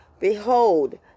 behold